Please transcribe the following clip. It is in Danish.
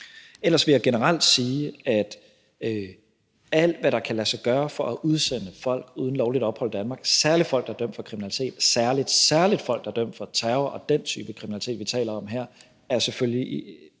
Ellers vil jeg generelt sige, at alt, hvad der kan lade sig gøre for at udsende folk uden lovligt ophold i Danmark, særlig folk, der er dømt for kriminalitet, og i endnu højere grad folk, der er dømt for terror og den type kriminalitet, vi taler om her, er selvfølgelig